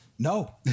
No